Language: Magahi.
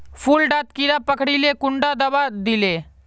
फुल डात कीड़ा पकरिले कुंडा दाबा दीले?